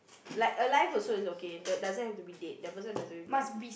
like alive also it's okay doesn't have to be dead the person doesn't have to be